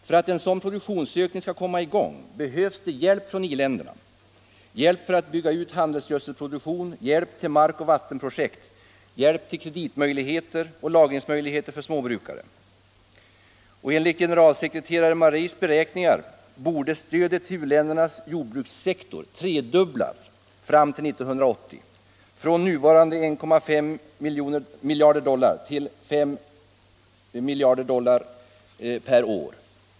För att en sådan produktionsökning skall komma i gång behövs hjälp från i-länderna — hjälp för att bygga ut handelsgödselproduktionen, hjälp till markoch vattenprojekt, hjälp till kreditoch lagringsmöjligheter för småbrukare. Enligt generalsekreterare Mareis beräkningar borde stödet till u-ländernas jordbrukssektor tredubblas fram till 1980, från nuvarande 1,5 miljarder dollar till 5 miljarder dollar per år.